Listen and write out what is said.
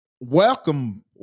welcome